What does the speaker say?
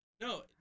No